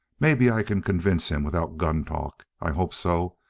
maybe i can convince him without gun talk. i hope so.